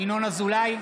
ינון אזולאי,